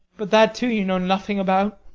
but that, too, you know nothing about.